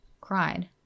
cried